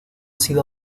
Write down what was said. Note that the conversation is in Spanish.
sido